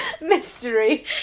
Mystery